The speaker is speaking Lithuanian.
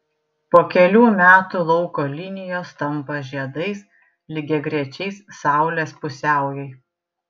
po kelių metų lauko linijos tampa žiedais lygiagrečiais saulės pusiaujui